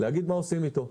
להגיד מה עושים איתו.